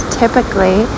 typically